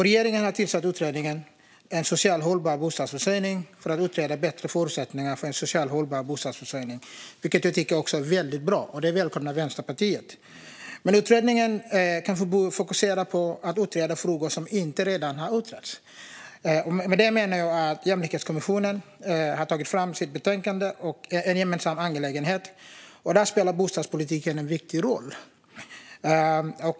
Regeringen har tillsatt utredningen En socialt hållbar bostadsförsörjning för att bättre utreda förutsättningarna för en socialt hållbar bostadsförsörjning, vilket jag också tycker är bra. Detta välkomnar Vänsterpartiet. Men utredningen fokuserar på att utreda frågor som inte redan har utretts. Med det menar jag att Jämlikhetskommissionen har tagit fram sitt betänkande En gemensam angelägenhet , och där spelar bostadspolitiken en viktig roll.